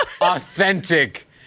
authentic